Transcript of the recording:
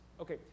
Okay